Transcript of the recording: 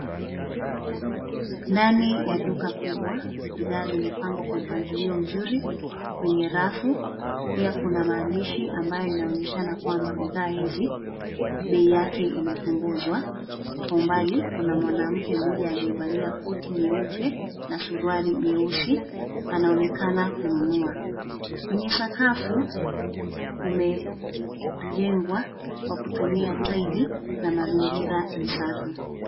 Ndani ya duka kubwa bidha zimepangwa kwa mbangilio mzuri kwenye rafu pia kuna maandishi ambayo yanaonyeshana kwamba bidha hizi bei yake imepunguzwa, kwa umbali kuna mwanamke mmoja aliyevalia koti nyeupe na suruali nyeusi anaonekana kununua kwenye sakafu kumejengwa kwa kutumia tile na mazingira ni safi.